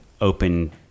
open